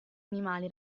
animali